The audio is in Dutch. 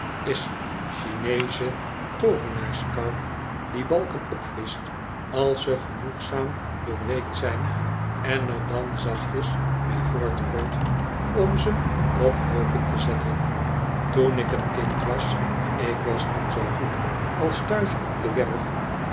car chineesche toovenaarskar die balken opvischt als ze genoegzaam doorweekt zijn en er dan zachtjes mee voortrolt om ze op hoopen te zetten toen ik een kind was ik was toen zoogoed als thuis op de werf